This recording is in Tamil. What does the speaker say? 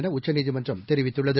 என உச்சநீதிமன்றம் தெரிவித்துள்ளது